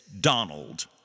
Donald